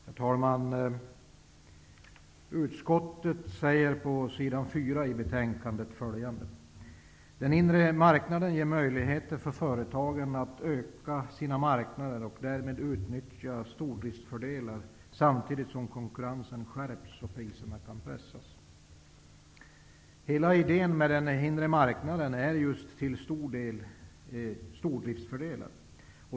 Herr talman! Utskottet säger på s. 4 i betänkandet att ''den gemensamma inre marknaden ger möjligheter för företagen att öka sina marknader och därmed utnyttja stordriftsfördelar samtidigt som konkurrensen skärps och priserna kan pressas.'' Hela idén med den inre marknaden är just stordriftsfördelarna.